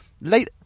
Late